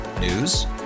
News